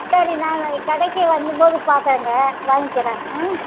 சரி நான் நாளைக்கு கடைக்கு வந்தம்போது பார்க்கறேங்க வாங்க்கிறேன் ம்